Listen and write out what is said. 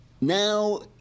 now